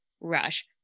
Rush